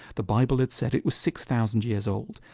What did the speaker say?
the bible had said it was six thousand years old.